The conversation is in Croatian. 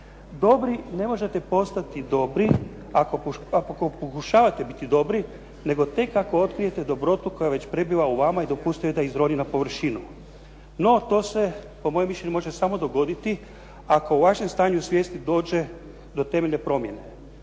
Dobri, ne možete postati dobri ako pokušavate biti dobri, nego tek ako otkrijete dobrotu koja već prebiva u vama i dopustite joj da izroni na površinu. No, to se po mojem mišljenju može samo dogoditi ako u vašem stanju svijesti dođe do temeljne promjene.